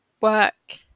work